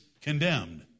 condemned